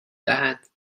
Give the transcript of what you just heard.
دهد